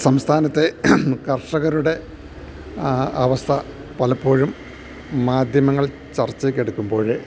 സംസ്ഥാനത്തെ കർഷകരുടെ അവസ്ഥ പലപ്പോഴും മാധ്യമങ്ങൾ ചർച്ചക്കെടുക്കുമ്പോള്